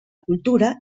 cultura